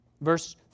Verse